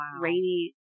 rainy